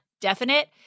definite